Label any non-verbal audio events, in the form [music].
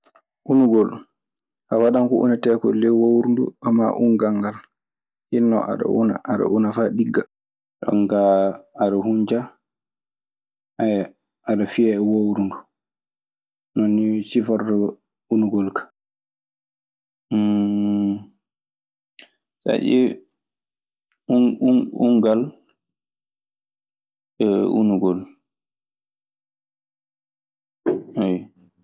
Unugol! a waɗan ko uneteekoo ley wowrundu ɓamaa ungal ngal, hinnoo aɗa una, aɗa una faa ɗigga. Jon kaa aɗe hunca, [hesitation] aɗe fiya e wowru nduu. Non nii cifortoo unugol kaa.